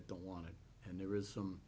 i don't want to and there is some